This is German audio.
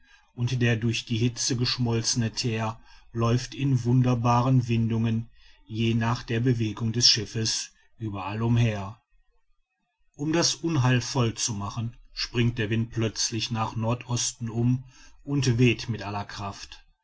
und der durch die hitze geschmolzene theer läuft in wunderbaren windungen je nach der bewegung des schiffes überall umher um das unheil voll zu machen springt der wind plötzlich nach nordosten um und weht mit aller kraft